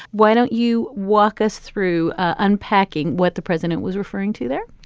why don't you walk us through unpacking what the president was referring to there?